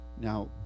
Now